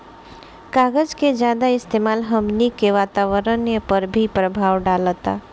कागज के ज्यादा इस्तेमाल हमनी के वातावरण पर भी प्रभाव डालता